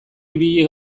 ibili